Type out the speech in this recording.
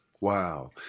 Wow